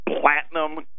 platinum